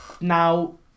Now